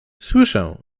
słyszę